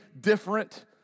different